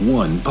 one